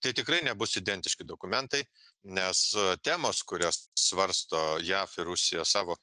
tai tikrai nebus identiški dokumentai nes temos kurias svarsto jav ir rusija savo